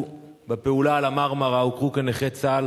בפעולה על ה"מרמרה" הוכרו כנכי צה"ל,